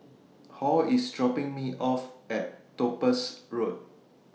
Hall IS dropping Me off At Topaz Road